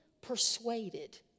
persuaded